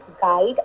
guide